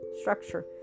structure